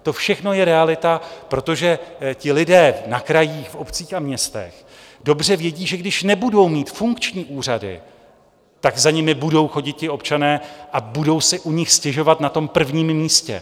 To všechno je realita, protože lidé na krajích, obcích a městech dobře vědí, že když nebudou mít funkční úřady, tak za nimi budou chodit občané a budou si u nich stěžovat na prvním místě.